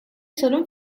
tarım